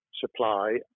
supply